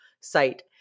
site